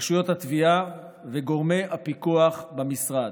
רשויות התביעה וגורמי הפיקוח במשרד.